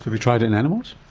have you tried it in animals?